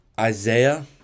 Isaiah